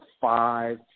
five